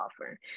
offer